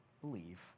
believe